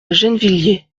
gennevilliers